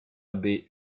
abbaye